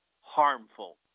harmful